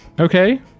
Okay